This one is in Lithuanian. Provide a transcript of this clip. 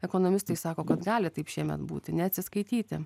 ekonomistai sako kad gali taip šiemet būti neatsiskaityti